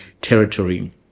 territory